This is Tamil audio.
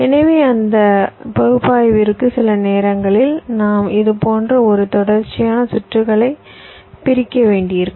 எனவே அந்த பகுப்பாய்விற்காக சில நேரங்களில் நாம் இது போன்ற ஒரு தொடர்ச்சியான சுற்றுகளை பிரிக்க வேண்டியிருக்கும்